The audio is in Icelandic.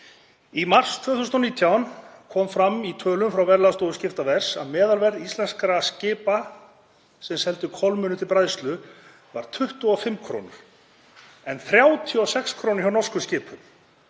Í mars 2019 kom fram í tölum frá Verðlagsstofu skiptaverðs að meðalverð íslenskra skipa sem seldu kolmunna til bræðslu var 25 kr. en 36 kr. hjá norskum skipum.